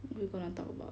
what we gonna talk about